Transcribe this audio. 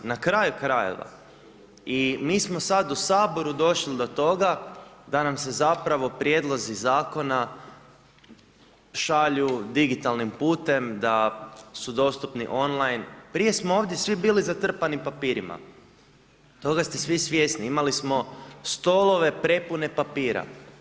Na kraju krajeva i mi smo sad u Saboru došli do toga da nam se zapravo prijedlozi zakona šalju digitalnim putem da su dostupni on line, prije smo ovdje svi bili zatrpani papirima, toga ste svi svjesni imali smo stolove prepune papira.